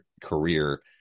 career